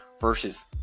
versus